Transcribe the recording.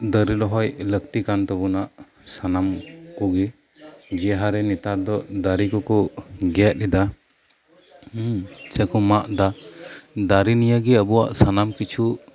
ᱫᱟᱨᱮ ᱨᱚᱦᱚᱭ ᱞᱟᱹᱠᱛᱤ ᱠᱟᱱ ᱛᱟᱵᱚᱱᱟ ᱥᱟᱱᱟᱢ ᱠᱩᱜᱮ ᱡᱮ ᱦᱟᱨᱮ ᱱᱮᱛᱟᱨ ᱫᱚ ᱫᱟᱨᱤ ᱠᱚ ᱠᱚ ᱜᱮᱫ ᱮᱫᱟ ᱥᱮᱠᱚ ᱢᱟᱜᱼᱟ ᱮᱫᱟ ᱫᱟᱨᱮ ᱱᱤᱭᱟᱹ ᱜᱮ ᱟᱵᱚᱣᱟᱜ ᱥᱟᱱᱟᱢ ᱠᱤᱪᱷᱩ